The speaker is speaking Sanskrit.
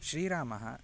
श्रीरामः